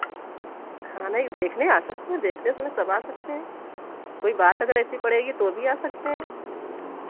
हाँ नहीं देखने आ सकते हैं देखने तो मैं सब आ सकते हैं कोई बात अगर ऐसी पड़ेगी तो भी आ सकते हैं